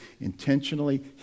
intentionally